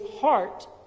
heart